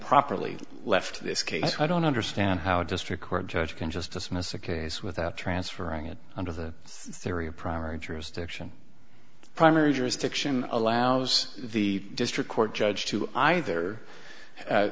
properly left this case i don't understand how district court judge can just dismiss a case without transferring it under the theory of primary jurisdiction primary jurisdiction allows the district court judge to either